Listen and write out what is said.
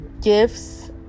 gifts